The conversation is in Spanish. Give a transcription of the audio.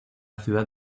ciudad